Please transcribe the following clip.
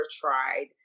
tried